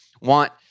want